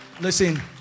listen